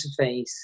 interface